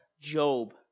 Job